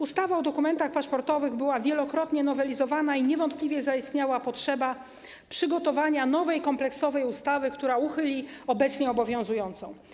Ustawa o dokumentach paszportowych była wielokrotnie nowelizowana i niewątpliwie zaistniała potrzeba przygotowania nowej, kompleksowej ustawy, która uchyli obecnie obowiązującą.